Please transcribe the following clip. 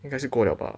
应该是过了吧